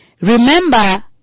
Remember